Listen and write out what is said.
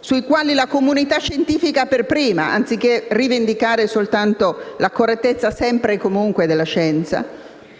sui quali la comunità scientifica per prima, anziché rivendicare soltanto la correttezza sempre e comunque della scienza,